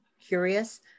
curious